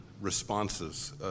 responses